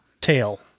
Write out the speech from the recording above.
tail